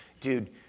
dude